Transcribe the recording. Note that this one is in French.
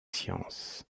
sciences